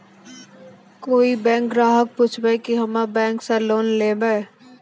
कोई बैंक ग्राहक पुछेब की हम्मे बैंक से लोन लेबऽ?